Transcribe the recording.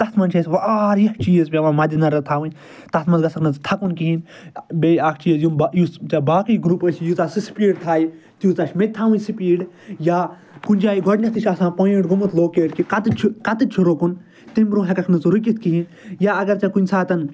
تتھ مَنٛز چھِ اسہِ واریاہ چیٖز پیٚوان مَدِ نَظر تھاوٕنۍ تتھ مَنٛز گَژھَکھ نہٕ ژٕ تھَکُن کِہیٖنۍ بیٚیہِ اکھ چیٖز یِم یُس ژےٚ باقی گرُپ ٲسی ییٖژاہ سُہ سپٖیڈ تھایہِ تۭژاہ چھِ مےٚ تہِ تھاون سپیٖڈ یا کُنہ جایہِ گۄڈنیٚتھ تہ چھِ آسان پویِنٹ گوٚمُت لوکیٹ کہ کَتن چھ کتن چھ رُکُن تمہ برونٛہہ ہیٚکَکھ نہٕ ژٕ رُکِتھ کِہیٖنۍ یا اگر ژےٚ کُنہِ ساتَن